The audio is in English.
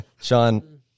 Sean